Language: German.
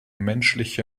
menschliche